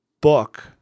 book